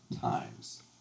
times